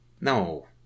No